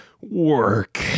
work